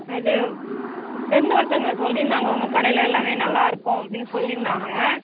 இது ஃப்ரெண்டு ஒருத்தங்க சொல்லியிருந்தாங்க உங்கள் கடையில் எல்லாம் நல்லாயிருக்கும் அப்படின்னு சொல்லியிருந்தாங்க